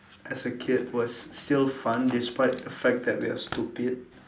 as a kid was still fun despite the fact that they are stupid